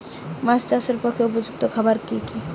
মাছ চাষের পক্ষে উপযুক্ত খাবার কি কি?